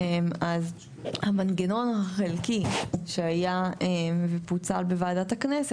המנגנון החלקי שהיה ופוצל בוועדת הכנסת,